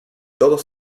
todos